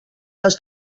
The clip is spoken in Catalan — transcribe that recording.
les